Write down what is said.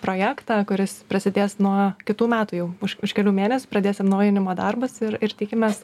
projektą kuris prasidės nuo kitų metų jau už už kelių mėnesių pradėsim naujinimo darbus ir ir tikimės